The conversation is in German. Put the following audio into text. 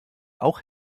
auch